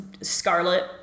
Scarlet